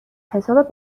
حساب